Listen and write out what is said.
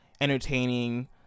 entertaining